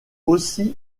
aussi